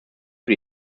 für